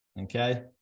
Okay